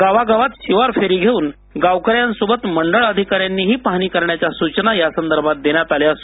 गावागावात शिवार फेरी घेऊन गावकर यांसोबत मंडळ अधिकाऱ्यांनी पाहणी करण्याच्या सूचनाही यासंदर्भात देण्यात आल्या आहेत